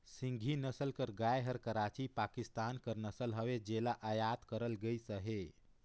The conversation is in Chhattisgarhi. सिंघी नसल कर गाय हर कराची, पाकिस्तान कर नसल हवे जेला अयात करल गइस अहे